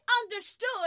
understood